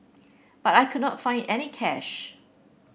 but I could not find any cash